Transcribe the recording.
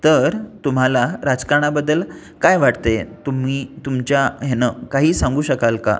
तर तुम्हाला राजकारणाबद्दल काय वाटते तुम्ही तुमच्या ह्यानं काही सांगू शकाल का